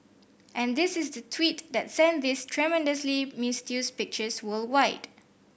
and this is the tweet that sent these tremendously misused pictures worldwide